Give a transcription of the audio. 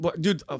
dude